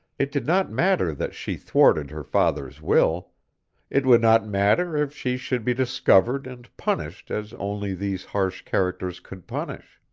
it did not matter that she thwarted her father's will it would not matter if she should be discovered and punished as only these harsh characters could punish.